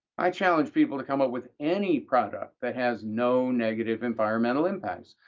i challenge people to come up with any product that has no negative environmental impacts.